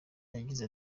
yagize